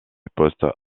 poste